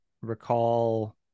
recall